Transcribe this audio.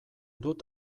dut